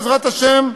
בעזרת השם,